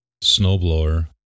Snowblower